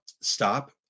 stop